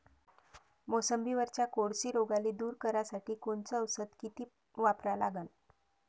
मोसंबीवरच्या कोळशी रोगाले दूर करासाठी कोनचं औषध किती वापरा लागन?